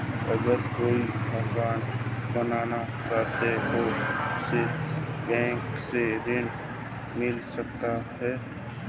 अगर कोई मकान बनाना चाहे तो उसे बैंक से ऋण मिल सकता है?